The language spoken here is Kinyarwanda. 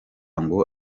ngo